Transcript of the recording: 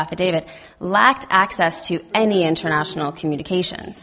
affidavit lacked access to any international communication